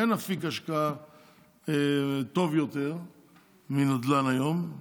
אין אפיק השקעה טוב יותר מנדל"ן היום,